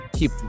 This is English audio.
Keep